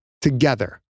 together